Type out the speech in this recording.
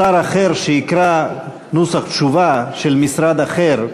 שר שיקרא נוסח תשובה של משרד אחר,